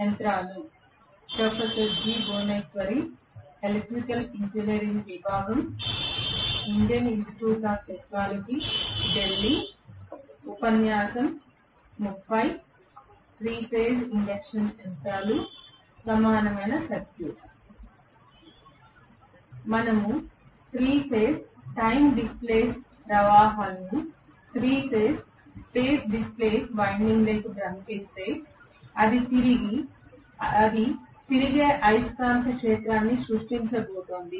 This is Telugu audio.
మనము 3 ఫేజ్ టైమ్ డిస్ప్లేస్ ప్రవాహాలను 3 ఫేజ్ స్పేస్ డిస్ప్లేస్ వైండింగ్స్లోకి పంపిస్తే అది తిరిగే అయస్కాంత క్షేత్రాన్ని సృష్టించబోతోంది